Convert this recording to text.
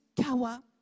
kawa